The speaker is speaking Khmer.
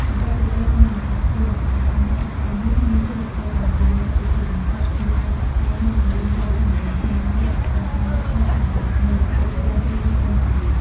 បន្ទាប់ពីត្រូវបានបង្កើតភ្លាម គណៈកម្មាធិការនេះមានភារកិច្ចមមាញឹកជាទីបំផុតក្នុងការតាក់តែងនូវគម្រោងរដ្ឋធម្មនុញ្ញថ្មីមួយឱ្យបានតាមកាលកំណត់ នៃកិច្ចព្រមព្រៀងក្រុងប៉ារីស។